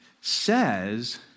says